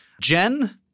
Jen